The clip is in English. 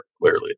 clearly